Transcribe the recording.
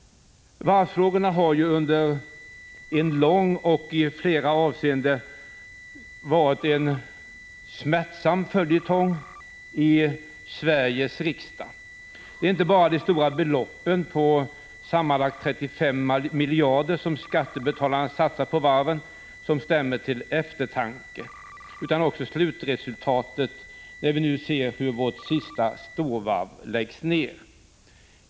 Varvsfrågorna har ju under en lång tid och i flera avseenden varit en smärtsam följetong i Sveriges riksdag. Det är inte bara de stora beloppen på sammanlagt ca 35 miljarder som skattebetalarna satsat på varven som stämmer till eftertanke utan också slutresultatet, när vi nu ser hur vårt sista storvarv läggs ner.